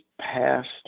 passed